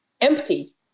empty